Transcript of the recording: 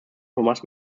thomas